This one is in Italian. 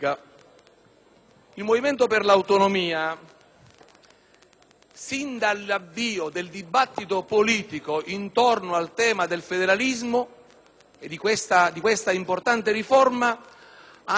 sin dall'avvio del dibattito politico sul tema del federalismo e su questa importante riforma, ha assunto un atteggiamento di grande apertura,